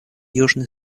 южный